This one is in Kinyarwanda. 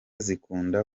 zikunda